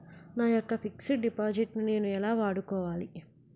నా యెక్క fixed deposit ను నేను ఎలా వాడుకోవాలి?